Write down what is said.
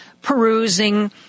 perusing